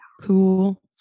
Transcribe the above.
Cool